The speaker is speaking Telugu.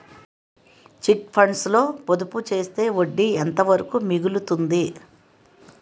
చిట్ ఫండ్స్ లో పొదుపు చేస్తే వడ్డీ ఎంత వరకు మిగులుతుంది?